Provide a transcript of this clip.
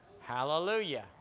Hallelujah